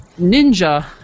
Ninja